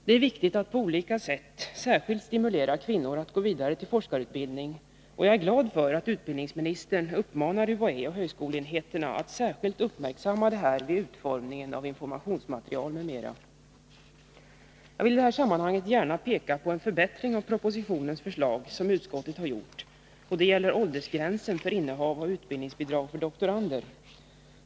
Det är viktigt att på olika sätt stimulera särskilt kvinnor att gå vidare till forskarutbildning. Och jag är glad för att utbildningsministern uppmanar UHÄ och högskoleenheterna att särskilt uppmärksamma detta vid utformningen av informationsmaterialet m.m. Jag vill i det här sammanhanget gärna peka på en förbättring av propositionens förslag som utskottet har gjort. Det gäller åldersgräns för innehav av utbildningsbidrag för doktorander.